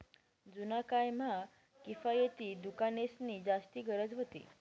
जुना काय म्हा किफायती दुकानेंसनी जास्ती गरज व्हती